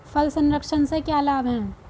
फल संरक्षण से क्या लाभ है?